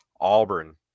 Auburn